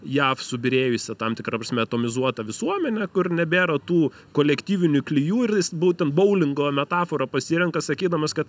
jav subyrėjusią tam tikra prasme atomizuotą visuomenę kur nebėra tų kolektyvinių klijų ir būtent boulingo metaforą pasirenka sakydamas kad